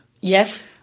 Yes